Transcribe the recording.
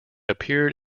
appeared